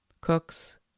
cooks